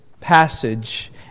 passage